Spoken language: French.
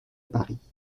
paris